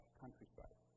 countryside